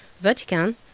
Vatican